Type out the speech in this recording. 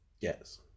Yes